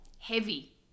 heavy